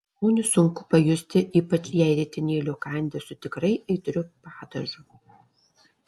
skonį sunku pajusti ypač jei ritinėlio kandi su tikrai aitriu padažu